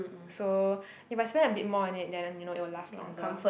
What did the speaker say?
so if I spent a bit more on it you know it will last longer